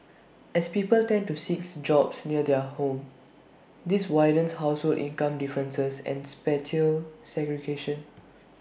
as people tend to seek jobs near their homes this widens household income differences and spatial segregation